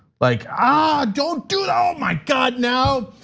like ah don't do it. um my god. now,